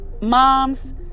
mom's